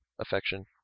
affection